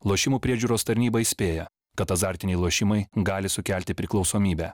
lošimų priežiūros tarnyba įspėja kad azartiniai lošimai gali sukelti priklausomybę